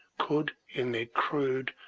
could, in their crude,